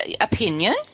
opinion